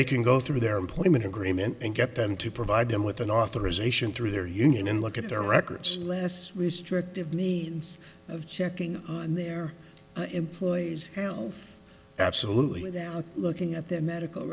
they can go through their employment agreement and get them to provide them with an authorization through their union and look at their records less restrictive me of checking their employees health absolutely without looking at their medical